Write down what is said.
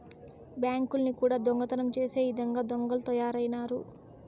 బ్యాంకుల్ని కూడా దొంగతనం చేసే ఇదంగా దొంగలు తయారైనారు